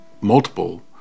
multiple